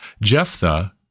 Jephthah